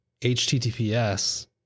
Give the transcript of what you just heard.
HTTPS